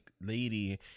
lady